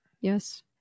Yes